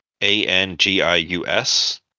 A-N-G-I-U-S